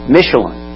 Michelin